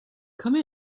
come